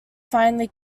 finally